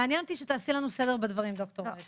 מעניין אותי שתעשי לנו סדר בדברים, ד"ר צוקר.